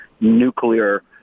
nuclear